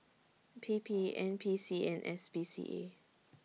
P P N P C and S P C A